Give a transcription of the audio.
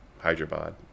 Hyderabad